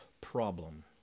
problem